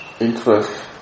interest